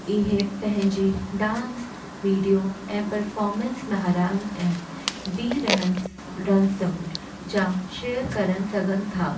इहे पंहिंजे dance video ऐं परफॉर्मेंस महारान ऐं बी रहंस डांसुनि जा शेयर करनि सघनि था